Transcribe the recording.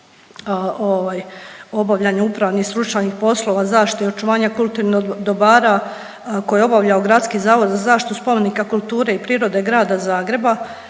se ne razumije./... poslova zaštite i očuvanja kulturnog dobara koje je obavljao Gradski zavod za zaštitu spomenika kulture i prirode Grada Zagreba,